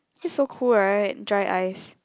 this is so cool right dry ice